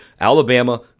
Alabama